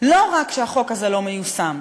לא רק שהחוק הזה לא מיושם,